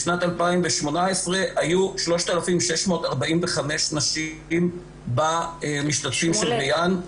בשנת 2018 היו 3,645 נשים בקרב המשתתפים של ריאן.